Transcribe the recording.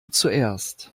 zuerst